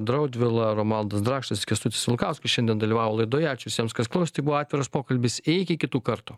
draudvila romualdas drakšas ir kęstutis vilkauskas šiandien dalyvavo laidoje ačiū visiems kas klausė tai buvo atviras pokalbis iki kitų kartų